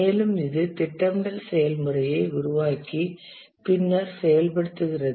மேலும் இது திட்டமிடல் செயல்முறையை உருவாக்கி பின்னர் செயல்படுத்துகிறது